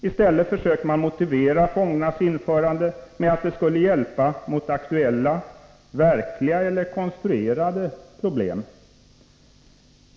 I stället försöker man motivera fondernas införande med att det skulle hjälpa mot aktuella — verkliga eller konstruerade — problem.